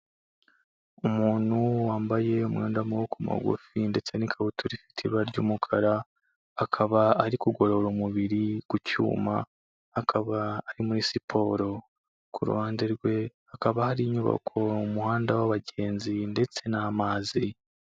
Umuntu wambaye umwenda w'amaboko mugufi ndetse n'ikabutura ifite ibara ry'umukara akaba ari kugorora umubiri ku cyuma akaba ari muri siporo, ku ruhande rwe hakaba hari inyubako umuhanda w'abagenzi ndetse n'amazi.